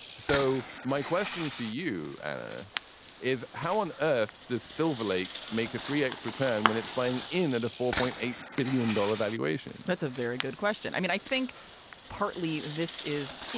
so my question for you ah is how on earth does silverlake make a three x return when it's buying in at a four point eight billion dollar valuation? that's a very good question. i mean, i think partly this is,